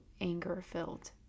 anger-filled